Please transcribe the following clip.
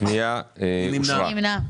מי נמנע?